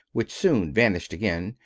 which soon vanished again,